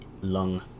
lung